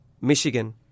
Michigan